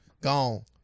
Gone